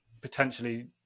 potentially